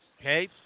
Okay